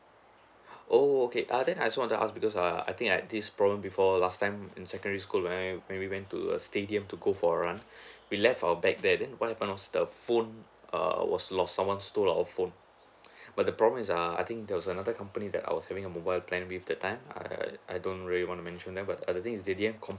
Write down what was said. oo okay err then I just want to ask because uh I think I had this problem before last time in secondary school when I when we went to a stadium to go for run we left our bag there then what happened was the phone err was lost someone stole our phone but the problem is err I think there was another company that I was having a mobile plan with the time I I don't really wanna mention them but the things they didn't